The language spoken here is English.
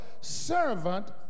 servant